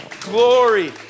glory